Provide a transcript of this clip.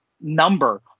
number